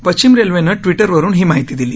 पश्चिम रेलेवनं ट्विटरवरून ही माहिती दिली